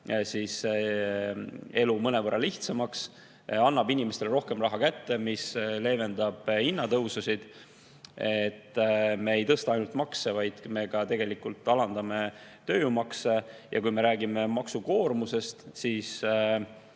elu mõnevõrra lihtsamaks. See annab inimestele rohkem raha kätte ja see leevendab hinnatõususid. Me ei tõsta ainult makse, vaid me tegelikult ka alandame tööjõumakse. Ja kui me räägime maksukoormusest, siis